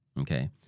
Okay